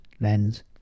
lens